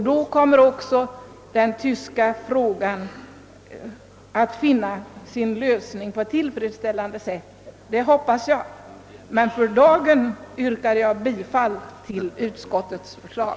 Då kommer också den tyska frågan att finna sin lösning på ett tillfredsställande sätt. För dagen yrkar jag emellertid bifall till utskottets hemställan.